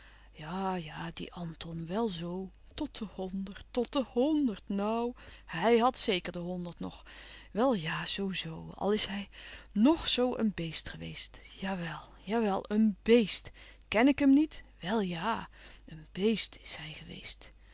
ja-ja die anton wel zoo tot de honderd tot de hnderd nou hij haalt zeker de honderd nog wel ja zoo-zoo al is hij ng zoo een beest geweest ja wel jawel een béest ken ik hem niet wel ja een beest is hij geweest